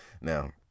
Now